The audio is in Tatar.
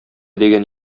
дигән